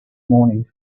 morning